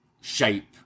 shape